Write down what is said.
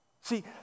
See